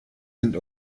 sind